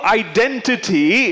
identity